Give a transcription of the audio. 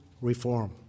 reform